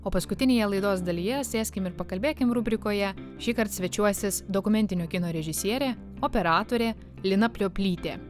o paskutinėje laidos dalyje sėskim ir pakalbėkim rubrikoje šįkart svečiuosis dokumentinio kino režisierė operatorė lina plioplytė